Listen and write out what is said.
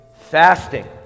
Fasting